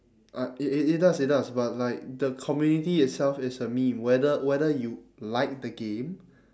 alright it it it does it does but like the community itself is a meme whether whether you like the game